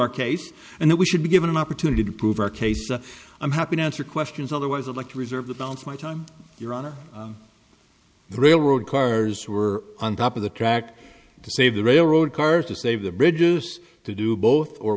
our case and that we should be given an opportunity to prove our case i'm happy to answer questions otherwise i'd like to reserve the balance of my time your honor the railroad cars who were on top of the track to save the railroad cars to save the bridges to do both or